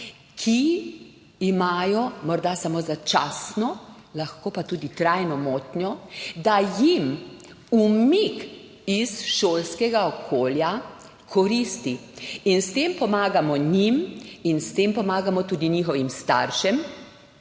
ki imajo morda samo začasno, lahko pa tudi trajno motnjo, da jim umik iz šolskega okolja koristi. S tem pomagamo njim in s tem pomagamo tudi njihovim staršem,